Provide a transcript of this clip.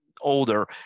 older